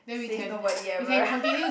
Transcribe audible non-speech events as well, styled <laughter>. says nobody ever <laughs>